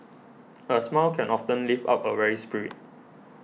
a smile can often lift up a weary spirit